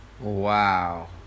Wow